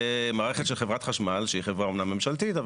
המערכת של חברת חשמל שהיא חברה אמנם ממשלתית,